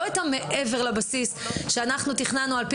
לא את מה שמעבר לבסיס שתכננו על פי